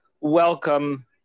welcome